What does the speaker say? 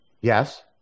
Yes